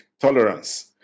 tolerance